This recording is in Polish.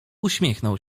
uśmiechnął